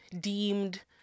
deemed